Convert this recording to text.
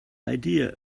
idea